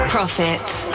Profits